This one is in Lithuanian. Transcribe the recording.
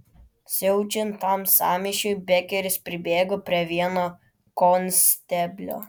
siaučiant tam sąmyšiui bekeris pribėgo prie vieno konsteblio